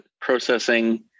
processing